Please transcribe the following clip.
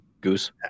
Goose